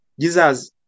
Jesus